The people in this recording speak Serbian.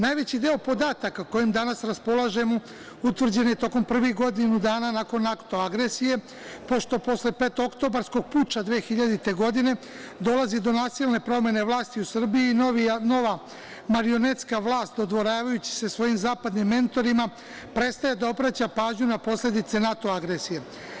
Najveći deo podataka kojim danas raspolažemo utvrđen je tokom prvih godinu dana nakon NATO agresije, pošto posle petooktobarskog puča 2000. godine dolazi do nasilne promene vlasti u Srbiji i nova marionetska vlast dodvoravajući se svojim zapadnim mentorima prestaje da obraća pažnju na posledice NATO agresije.